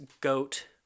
goat